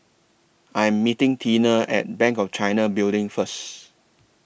I Am meeting Teena At Bank of China Building First